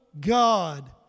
God